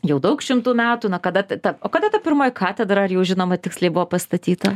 jau daug šimtų metų na kada ta o kada ta pirmoji katedra ar jau žinoma tiksliai buvo pastatyta